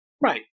right